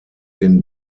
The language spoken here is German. den